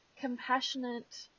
compassionate